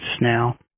now